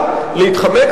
להישרד.